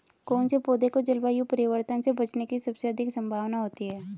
कौन से पौधे को जलवायु परिवर्तन से बचने की सबसे अधिक संभावना होती है?